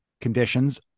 Conditions